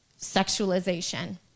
sexualization